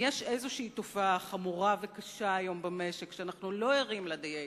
אם יש איזו תופעה חמורה וקשה היום במשק שאנחנו לא ערים לה דיינו,